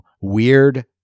weird